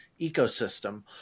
ecosystem